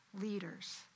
leaders